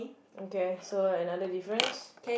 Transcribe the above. okay so another difference